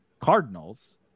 Cardinals